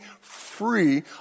free